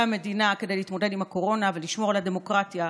המדינה כדי להתמודד עם הקורונה ולשמור על הדמוקרטיה,